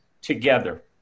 together